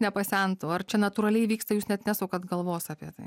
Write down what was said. nepasentų ar čia natūraliai vyksta jūs net nesukat galvos apie tai